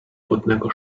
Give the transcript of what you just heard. wodnego